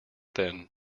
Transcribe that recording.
then